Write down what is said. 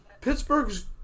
Pittsburgh's